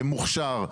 מוכשר?